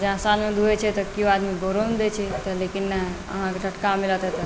जेना साँझमे दूहैत छै तऽ किओ आदमी भोरोमे दैत छै लेकिन नहि अहाँकेँ टटका मिलत एतय